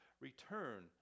return